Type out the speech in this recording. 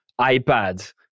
iPad